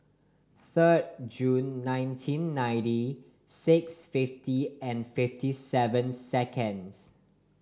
third June nineteen ninety six fifty and fifty seven second